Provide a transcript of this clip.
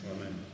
Amen